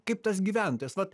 kaip tas gyventojas vat